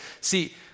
see